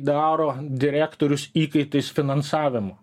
daro direktorius įkaitais finansavimo